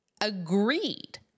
agreed